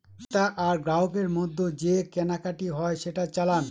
ক্রেতা আর গ্রাহকের মধ্যে যে কেনাকাটি হয় সেটা চালান